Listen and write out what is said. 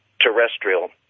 terrestrial